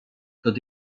tot